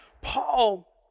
Paul